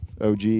OG